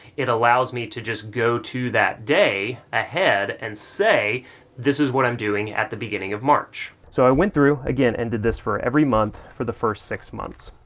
it allows me to just go to that day, ahead, and say this is what i'm doing at the beginning of march. so i went through again, and did this for every month for the first six months.